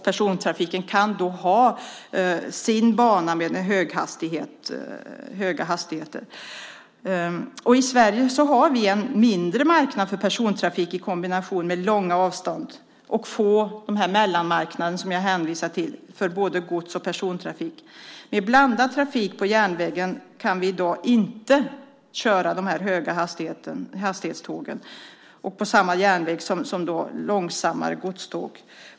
Persontrafiken kan då ha sin bana för höga hastigheter. I Sverige har vi en mindre marknad för persontrafik i kombination med långa avstånd och få mellanmarknader, som jag hänvisat till, för både gods och persontrafik. Med blandad trafik på järnvägen kan vi i dag inte köra med höghastighetstågen på samma järnväg som långsammare godståg.